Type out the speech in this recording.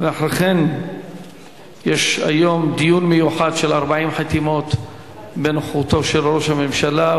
ואחרי כן יש היום דיון מיוחד בעקבות 40 חתימות בנוכחותו של ראש הממשלה,